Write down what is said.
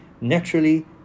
Naturally